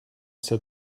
set